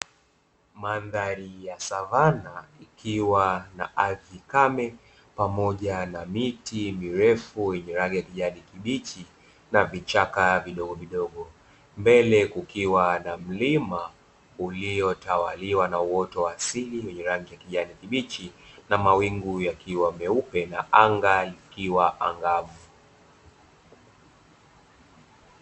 Mandhari ya savana ikiwa na ardhi kame pamoja na miti mirefu yenye rangi ya kijani kibichi na vichaka vidogovidogo, mbele kukiwa na mlima uliotawaliwa na uoto wa asili wenye rangi ya kijani kibichi na mawingu yakiwa meupe na anga ikiwa angavu.